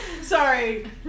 Sorry